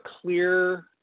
clear